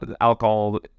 alcohol